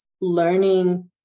learning